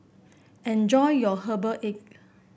enjoy your Herbal Egg